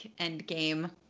Endgame